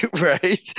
Right